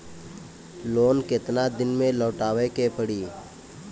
Loan केतना दिन में लौटावे के पड़ी?